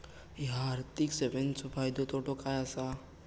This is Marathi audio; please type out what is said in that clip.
हया आर्थिक सेवेंचो फायदो तोटो काय आसा?